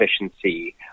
efficiency